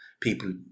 people